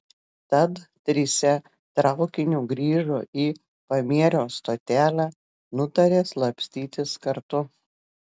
tad trise traukiniu grįžo į pamierio stotelę nutarė slapstytis kartu